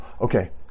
Okay